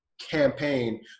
campaign